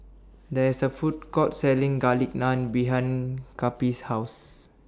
There IS A Food Court Selling Garlic Naan behind Cappie's House